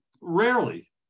rarely